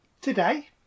today